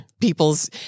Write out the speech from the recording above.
people's